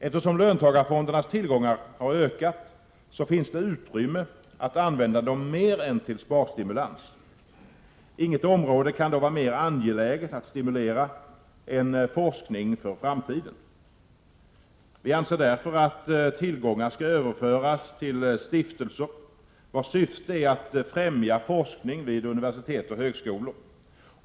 Eftersom löntagarfondernas tillgångar har ökat finns det utrymme att använda dem till mer än sparstimulans. Inget område kan då vara mer angeläget att stimulera än forskning för framtiden. Vi anser därför att tillgångar skall överföras till stiftelser, vilkas syfte är att främja forskning vid universitet och högskolor.